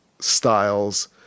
styles